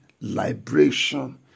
liberation